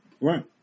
Right